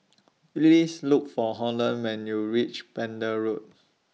Please Look For Holland when YOU REACH Pender Road